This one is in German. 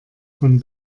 von